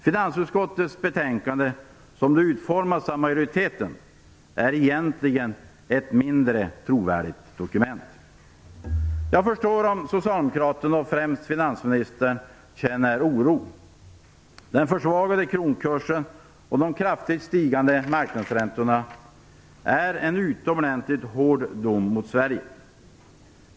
Finansutskottets betänkande, som det utformats av majoriteten, är egentligen ett mindre trovärdigt dokument. Jag förstår om socialdemokraterna och främst finansministern känner oro. Den försvagade kronkursen och de kraftigt stigande marknadsräntorna är en utomordentligt hård dom mot Sverige.